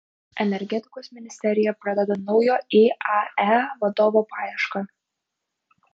energetikos ministerija pradeda naujo iae vadovo paiešką